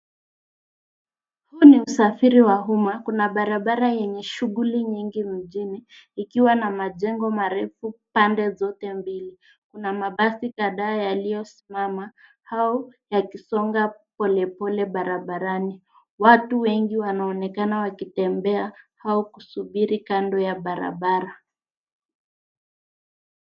Huu ni usafiri wa uma, kuna barabara yenye shughuli nyingi mjini ikiwa na majengo marefu pande zote mbili na mabasi kadhaa yaliyosimama au yakisonga polepole barabarani. Watu wengi wanaonekana wakitembea au kusuburi kando ya barabara.